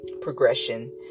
progression